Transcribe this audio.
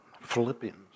Philippians